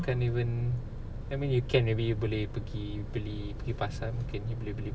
you can't even I mean you can maybe you boleh pergi beli pasar mungkin you boleh beli